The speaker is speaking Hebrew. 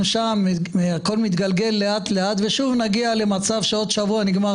שם הכול מתגלגל לאט-לאט ושוב נגיע למצב שעוד שבוע נגמר